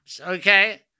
okay